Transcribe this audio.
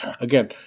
Again